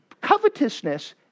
covetousness